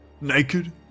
naked